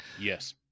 yes